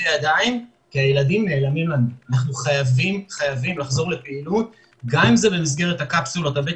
סדר-היום: חידוש פעילות החינוך הבלתי